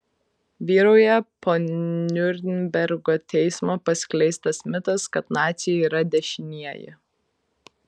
vyrauja po niurnbergo teismo paskleistas mitas kad naciai yra dešinieji